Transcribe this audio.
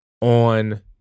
on